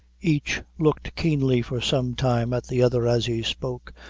each looked keenly for some time at the other as he spoke,